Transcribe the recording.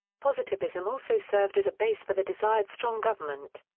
positivism also served as a base for the desired strong government.